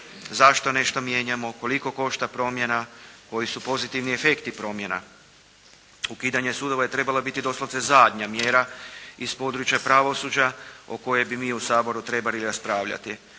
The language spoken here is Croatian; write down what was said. zašto nešto mijenjamo, koliko košta promjena, koji su pozitivni efekti promjena. Ukidanje sudova je trebala biti doslovce zadnja mjera iz područja pravosuđa o kojoj bi mi u Saboru trebali raspravljati.